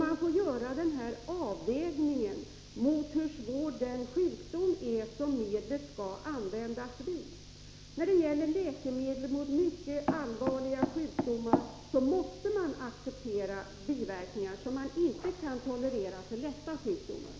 Man får göra en avvägning, hur svår den sjukdom är vid vilken medlet skall användas. När det gäller läkemedel mot mycket allvarliga sjukdomar måste man acceptera biverkningar som man inte kan tolerera för lättare sjukdomar.